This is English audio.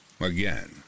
Again